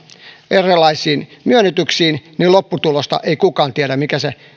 erilaisiin myönnytyksiin niin lopputulosta ei kukaan tiedä mikä se